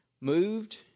moved